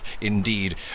Indeed